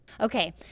Okay